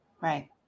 Right